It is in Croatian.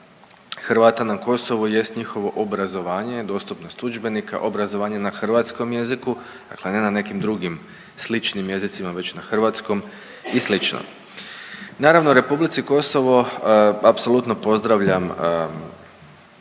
Hrvata na Kosovu, jest njihovo obrazovanje, dostupnost udžbenika, obrazovanje na hrvatskom jeziku, dakle ne na nekim drugim sličnim jezicima već na hrvatskom i slično. Naravno Republici Kosovo apsolutno pozdravljam razvojnu